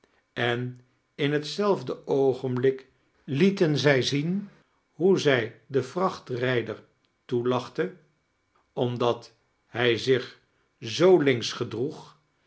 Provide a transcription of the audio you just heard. en in hetzelfde oogenblik lieten zij zieh hoe zij den vrachtrijder toelachte omdat hij zich zoo linksch gedroeg